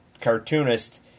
cartoonist